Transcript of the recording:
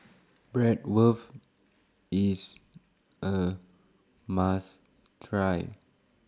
Bratwurst IS A must Try